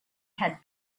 had